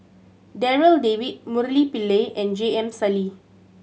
Darryl David Murali Pillai and J M Sali